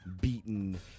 beaten